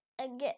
again